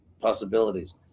possibilities